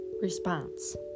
response